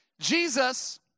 Jesus